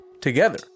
together